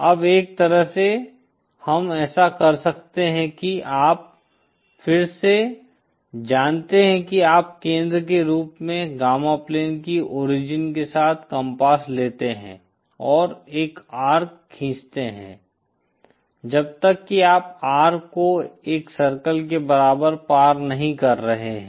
अब एक तरह से हम ऐसा कर सकते हैं कि आप फिर से जानते हैं कि आप केंद्र के रूप में गामा प्लेन की ओरिजिन के साथ कम्पास लेते हैं और एक अर्क खींचते हैं जब तक कि आप R को 1 सर्कल के बराबर पार नहीं कर रहे हैं